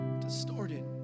distorted